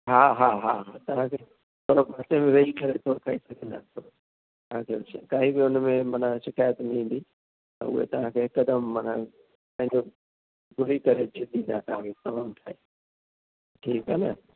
हा हा हा तव्हांखे थोरो पासे में वेही करे थोरो खाई सघंदासि तव्हांखे काई बि हुनमें माना शिकायत ईंदी त उहे तव्हांखे हिकदमि मना न कंदो घुरी करे छिकींदा तमामु ठाहे ॾींदो ठीकु आहे न